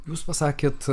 jūs pasakėt